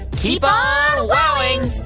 keep on wowing